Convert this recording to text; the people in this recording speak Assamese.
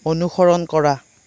অনুসৰণ কৰা